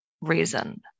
reason